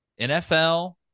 NFL